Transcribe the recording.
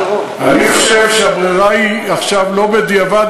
אני חושב שהברירה עכשיו היא לא בדיעבד,